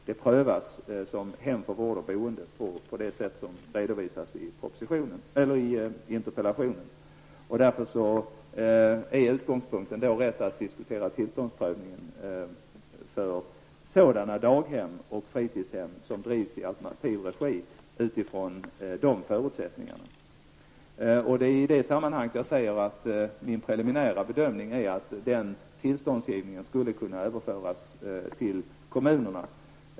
Det prövas som hem för vård eller boende på det sätt som redovisas i interpellationen. Därför är det riktigt att diskutera tillståndsprövningen för sådana daghem och fritidshem som drivs i alternativ regi utifrån dessa förutsättningar. Det är i det sammanhanget som jag säger att min preliminära bedömning är att tillståndsgivningen skulle kunna överföras till kommunerna.